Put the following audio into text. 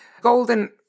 golden